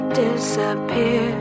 disappear